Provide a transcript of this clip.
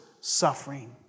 suffering